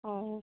অঁ